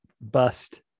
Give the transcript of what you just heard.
bust